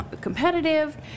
competitive